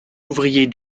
ouvrier